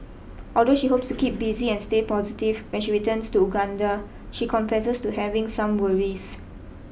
although she hopes to keep busy and stay positive when she returns to Uganda she confesses to having some worries